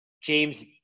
James